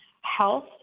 Health